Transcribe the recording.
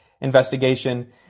investigation